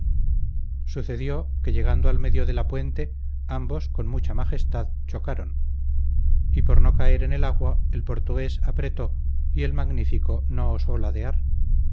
sucedió que llegando al medio de la puente ambos con mucha majestad chocaron y por no caer en el agua el portugués apretó y el magnífico no osó ladear